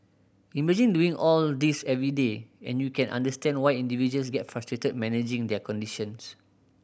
imagine doing all this every day and you can understand why individuals get frustrated managing their conditions